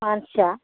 मानसिया